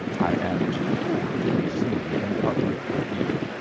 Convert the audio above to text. i am too poor to be seen in public with you.